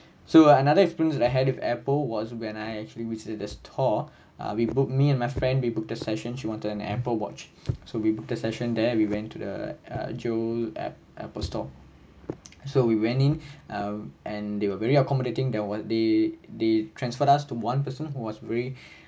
so another experience I had with apple was when I actually visit their store err we both me and my friend we book the session she wanted an apple watch so we book the session there we went to the uh jewel app apple store so we went in uh and they were very accommodating there weren't they they transfer us to one person who was really